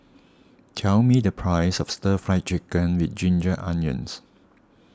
tell me the price of Stir Fried Chicken with Ginger Onions